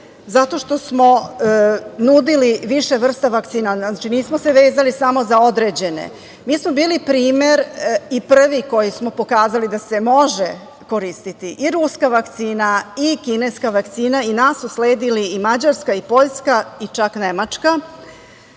zato što smo nudili više vrsta vakcina. Znači, nismo se vezali samo za određene. Mi smo bili primer i prvi koji smo pokazali da se može koristiti i ruska vakcina i kineska vakcina i nas su sledili i Mađarska i Poljska i Nemačka.